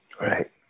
Right